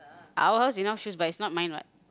our house enough shoes but it's not mine what